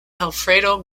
alfredo